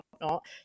whatnot